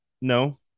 no